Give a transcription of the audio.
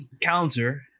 counter